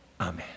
Amen